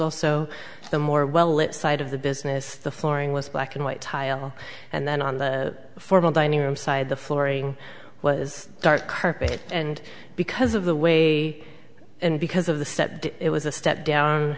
also the more well lit side of the business the flooring was black and white tile and then on the formal dining room side the flooring was dark curb it and because of the way and because of the step it was a step down